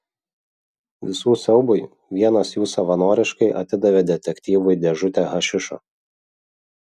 visų siaubui vienas jų savanoriškai atidavė detektyvui dėžutę hašišo